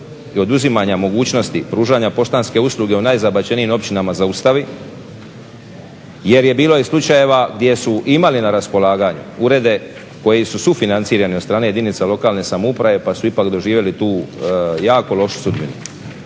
i oduzimanja mogućnosti pružanja poštanske usluge u najzabačenijim općinama zaustavi. Jer je bilo i slučajeva gdje su imali na raspolaganju urede koji su sufinancirani od strane jedinica lokalne samouprave pa su ipak doživjeli tu jako lošu sudbinu.